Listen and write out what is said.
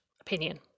opinion